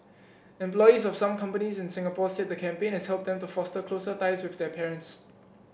employees of some companies in Singapore said the campaign has helped them to foster closer ties with their parents